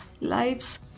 lives